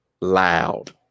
loud